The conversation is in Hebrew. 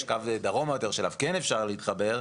יש קו דרומה יותר שאליו כן אפשר להתחבר.